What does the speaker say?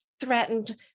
threatened